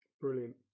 Brilliant